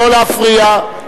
לא להפריע.